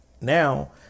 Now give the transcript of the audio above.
Now